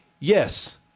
Yes